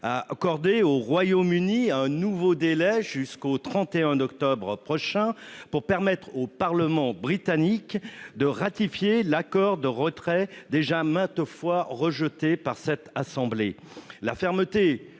accordé au Royaume-Uni un nouveau délai, jusqu'au 31 octobre prochain, pour permettre au parlement britannique de ratifier l'accord de retrait déjà maintes fois rejeté par cette instance. Il faut